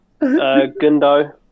Gundo